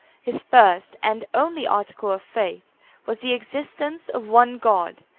his first and only article of faith was the existence of one god,